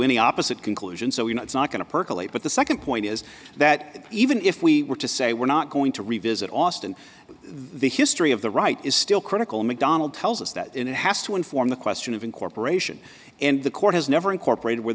any opposite conclusion so you know it's not going to percolate but the second point is that even if we were to say we're not going to revisit austin the history of the right is still critical macdonald tells us that it has to inform the question of incorporation and the court has never incorporated where